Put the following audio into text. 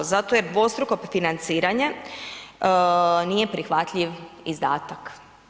Zato jer dvostruko financiranje nije prihvatljiv izdatak.